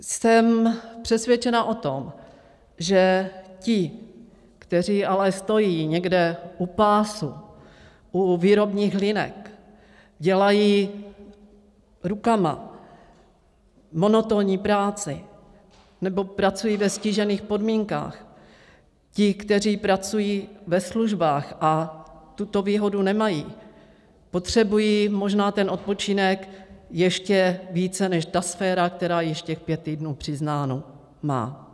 Jsem přesvědčena o tom, že ti, kteří ale stojí někde u pásu, u výrobních linek, dělají rukama monotónní práci nebo pracují ve ztížených podmínkách, ti, kteří pracují ve službách a tuto výhodu nemají, potřebují možná odpočinek ještě více než ta sféra, která již pět týdnů přiznáno má.